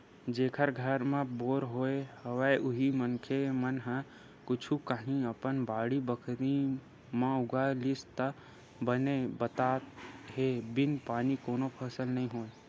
जेखर घर म बोर होय हवय उही मनखे मन ह कुछु काही अपन बाड़ी बखरी म उगा लिस त बने बात हे बिन पानी कोनो फसल नइ होय